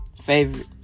Favorite